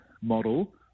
Model